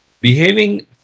Behaving